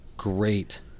great